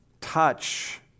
touch